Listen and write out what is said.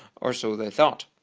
or so they thought.